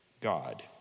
God